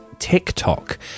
TikTok